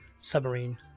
submarine